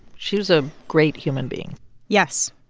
she was a great human being yes.